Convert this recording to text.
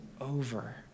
over